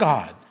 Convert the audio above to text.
God